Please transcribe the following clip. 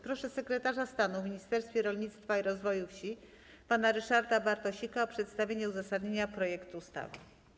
Proszę sekretarza stanu w Ministerstwie Rolnictwa i Rozwoju Wsi pana Ryszarda Bartosika o przedstawienie uzasadnienia projektu ustawy.